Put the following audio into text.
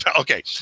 okay